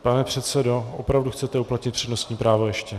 Pane předsedo, opravdu chcete uplatnit přednostní právo ještě?